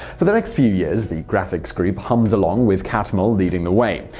for the next few years, the graphics group hummed along with catmull leading the way.